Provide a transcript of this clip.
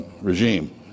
regime